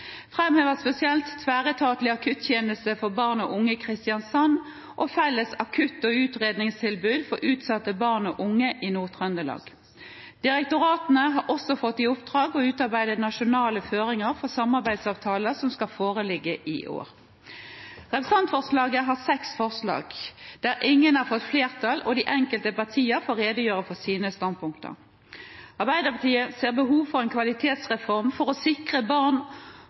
spesielt tverretatlig akuttjeneste for barn og unge i Kristiansand og felles akutt- og utredningstilbud for utsatte barn og unge i Nord-Trøndelag. Direktoratene har også fått i oppdrag å utarbeide nasjonale føringer for samarbeidsavtaler, som skal foreligge i år. Representantforslaget har seks forslag. Ingen har fått flertall, og de enkelte partier får redegjøre for sine standpunkter. Arbeiderpartiet ser behovet for en kvalitetsreform for å sikre barn